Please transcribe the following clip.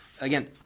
again